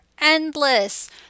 endless